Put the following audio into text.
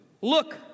look